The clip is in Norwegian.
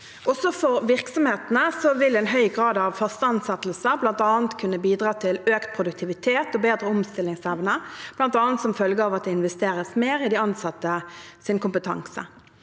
for virksomhetene vil en høy grad av faste ansettelser bl.a. kunne bidra til økt produktivitet og bedre omstillingsevne, bl.a. som følge av at det investeres mer i de ansattes kompetanse.